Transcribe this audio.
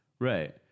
Right